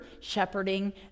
shepherding